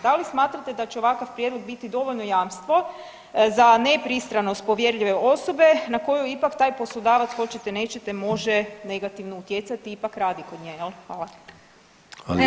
Da li smatrate da će ovakav prijedlog biti dovoljno jamstvo za nepristranost povjerljive osobe na koju ipak taj poslodavac, hoćete, nećete, može negativno utjecati, ipak radi kod nje, je li?